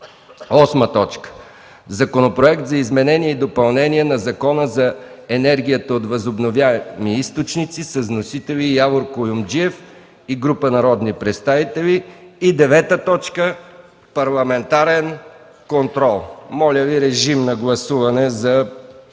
8. Законопроект за изменение и допълнение на Закона за енергията от възобновяеми източници. Вносители са Явор Куюмджиев и група народни представители. 9. Парламентарен контрол. Моля, режим на гласуване за